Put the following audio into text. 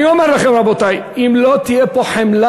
אני אומר לכם, רבותי, אם לא תהיה פה חמלה,